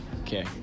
okay